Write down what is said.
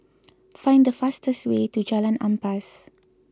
find the fastest way to Jalan Ampas